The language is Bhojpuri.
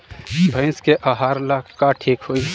भइस के आहार ला का ठिक होई?